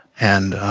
and